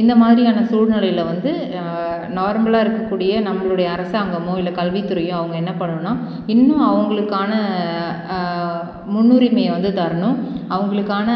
இந்த மாதிரியான சூழ்நிலையில் வந்து நார்மலாக இருக்கக்கூடிய நம்மளுடைய அரசாங்கமோ இல்லை கல்வித்துறையோ அவங்க என்ன பண்ணணுன்னா இன்னும் அவங்களுக்கான முன்னுரிமையை வந்து தர்ணும் அவங்களுக்கான